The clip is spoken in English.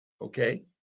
Okay